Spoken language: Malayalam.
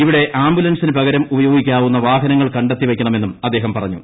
ഇവിടെ ആംബുലൻസിന് പകരം ഉപയോഗിക്കാവുന്ന വാഹനങ്ങൾ കണ്ടെത്തി വയ്ക്കണമെന്നും അദ്ദേഹം പറഞ്ഞു